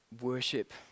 worship